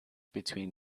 between